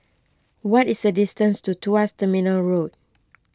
what is the distance to Tuas Terminal Road